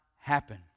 happen